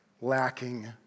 lacking